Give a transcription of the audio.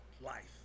life